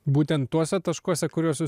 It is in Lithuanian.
būtent tuose taškuose kuriuos jūs